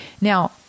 Now